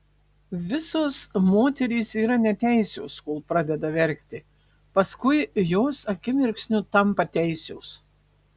visos moterys yra neteisios kol pradeda verkti paskui jos akimirksniu tampa teisios